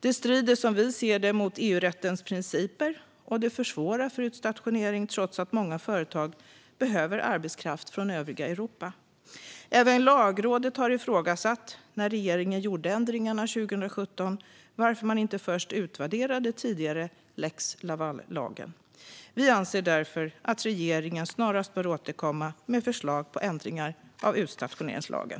Det strider som vi ser det mot EU-rättens principer, och det försvårar för utstationering trots att många företag behöver arbetskraft från övriga Europa. Även Lagrådet har ifrågasatt, när regeringen gjorde ändringarna 2017, varför man inte först utvärderade den tidigare lagen med anledning av lex Laval. Vi anser därför att regeringen snarast bör återkomma med förslag på ändringar av utstationeringslagen.